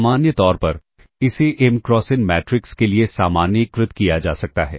सामान्य तौर पर इसे m क्रॉस n मैट्रिक्स के लिए सामान्यीकृत किया जा सकता है